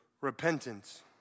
repentance